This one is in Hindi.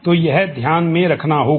तो यह ध्यान में रखना होगा